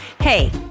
Hey